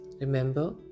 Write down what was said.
Remember